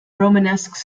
romanesque